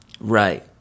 Right